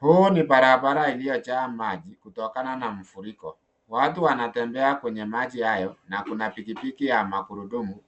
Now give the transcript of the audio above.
Huu ni barabara iliyojaa maji kutokana na mfuriko. Watu wanatembea kwenye maji hayo na kuna pikipiki ya magurudumu,